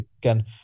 Again